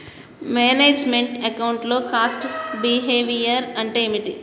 Manage meant account లో cost behaviour అంటే ఏమిటి?